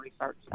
research